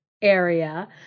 area